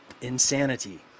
Insanity